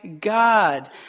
God